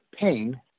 pain